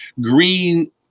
Green